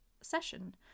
session